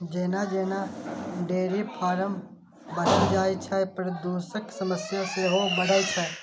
जेना जेना dairy farm बढ़ल जाइ छै, प्रदूषणक समस्या सेहो बढ़ै छै